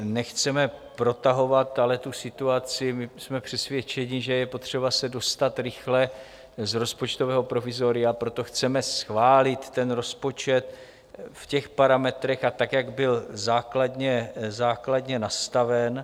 Nechceme ale protahovat tu situaci, jsme přesvědčeni, že je potřeba se dostat rychle z rozpočtového provizoria, proto chceme schválit rozpočet v těch parametrech a tak, jak byl základně nastaven.